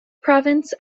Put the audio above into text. province